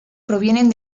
provienen